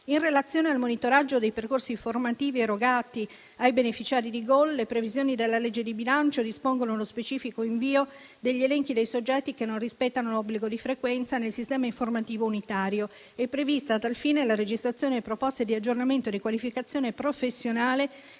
In relazione al monitoraggio dei percorsi formativi erogati ai beneficiari del programma GOL, le previsioni della legge di bilancio dispongono lo specifico invio degli elenchi dei soggetti che non rispettano l'obbligo di frequenza nel sistema informativo unitario. È prevista a tal fine la registrazione di proposte di aggiornamento e riqualificazione professionale